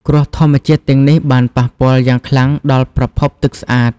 គ្រោះធម្មជាតិទាំងនេះបានប៉ះពាល់យ៉ាងខ្លាំងដល់ប្រភពទឹកស្អាត។